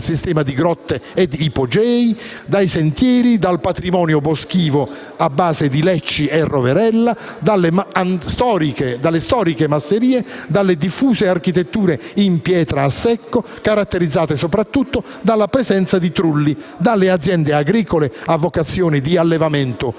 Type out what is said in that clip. sistema di grotte e ipogei, dai sentieri, dal patrimonio boschivo a base di lecci e roverella, dalle storiche masserie, dalle diffuse architetture in pietra a secco caratterizzate soprattutto dalla presenza di trulli, dalle aziende agricole a vocazione di allevamento